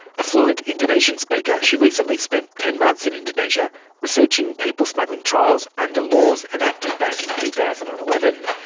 a fluent indonesian speaker, she recently spent ten months in indonesia researching people smuggling trials under laws enacted back in two thousand and eleven.